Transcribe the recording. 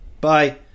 bye